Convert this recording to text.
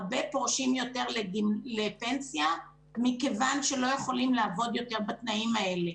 הרבה פורשים יותר לפנסיה מכיוון שלא יכולים לעבוד יותר בתנאים האלה.